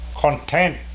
content